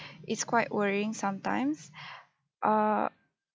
it's quite worrying sometimes err